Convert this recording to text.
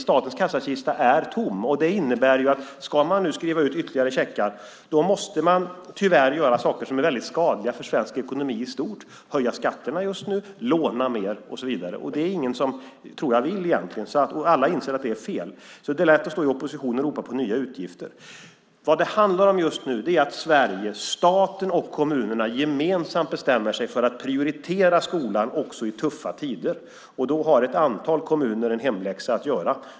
Statens kassakista är tom. Det innebär att om man ska skriva ut ytterligare checkar måste man tyvärr göra saker som är väldigt skadliga för svensk ekonomi i stort. Det handlar om att höja skatterna just nu, låna mer och så vidare. Jag tror inte att någon egentligen vill det, och alla inser att det är fel. Det är lätt att stå i opposition och ropa på nya utgifter. Vad det handlar om just nu är att Sverige, staten och kommunerna gemensamt, bestämmer sig för att prioritera skolan också i tuffa tider. Då har ett antal kommuner en hemläxa att göra.